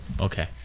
Okay